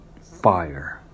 fire